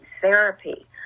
therapy